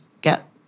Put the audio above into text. get